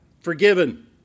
forgiven